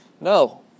No